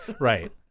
Right